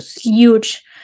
huge